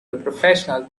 professional